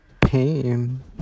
Pain